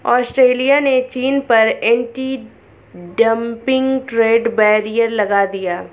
Australia ने चीन पर एंटी डंपिंग ट्रेड बैरियर लगा दिया